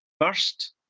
first